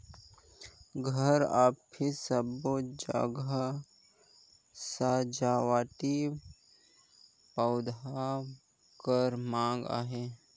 घर, अफिस सबो जघा सजावटी पउधा कर माँग अहे